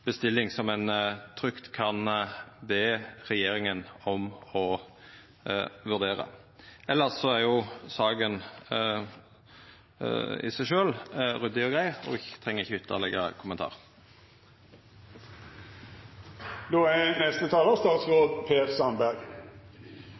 bestilling som ein trygt kan be regjeringa om å vurdera. Elles er saka i seg sjølv ryddig og grei og treng ikkje ytterlegare